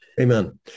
Amen